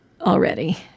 already